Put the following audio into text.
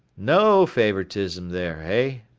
no favoritism there, hey?